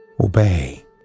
Obey